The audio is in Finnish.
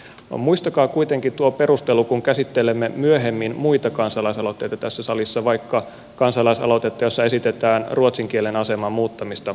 muistakaa kuitenkin tuo perustelu kun käsittelemme myöhemmin muita kansalaisaloitteita tässä salissa vaikka kansalaisaloitetta jossa esitetään ruotsin kielen aseman muuttamista koulutuksessa